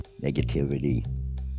negativity